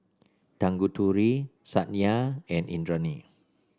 Tanguturi Satya and Indranee